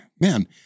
man